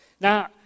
Now